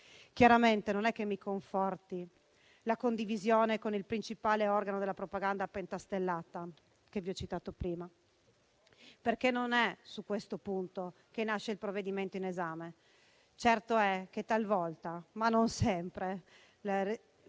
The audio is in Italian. Chiaramente, non è che mi conforti la condivisione con il principale organo della propaganda pentastellata che vi ho citato prima, perché non è su questo punto che nasce il provvedimento in esame. Certo è che talvolta, ma non sempre,